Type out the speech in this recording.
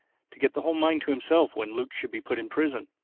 to get the whole mine to himself when luke should be put in prison.